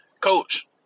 coach